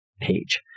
page